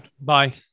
Bye